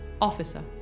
Officer